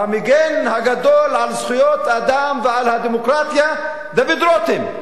המגן הגדול על זכויות אדם ועל הדמוקרטיה דוד רותם.